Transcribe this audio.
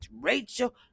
Rachel